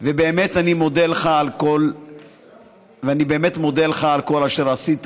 ובאמת אני מודה לך על כל אשר עשית.